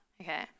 okay